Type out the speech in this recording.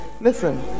Listen